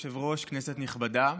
אדוני היושב-ראש, כנסת נכבדה,